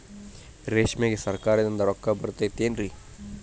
ರೇಷ್ಮೆಗೆ ಸರಕಾರದಿಂದ ರೊಕ್ಕ ಬರತೈತೇನ್ರಿ?